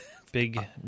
Big